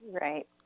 Right